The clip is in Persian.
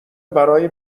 برای